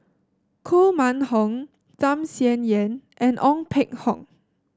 Koh Mun Hong Tham Sien Yen and Ong Peng Hock